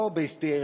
לא בהסתר,